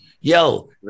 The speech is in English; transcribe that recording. Yo